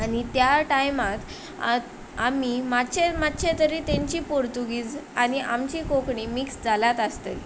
आनी त्या टायमार आमी मातशें मातशें जरी तेंची पोर्तुगीज आनी आमची कोंकणी मिक्स जाल्याच आसतली